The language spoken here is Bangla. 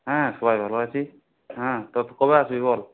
হ্যাঁ সবাই ভালো আছি হ্যাঁ তো কবে আসবি বল